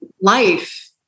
Life